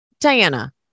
Diana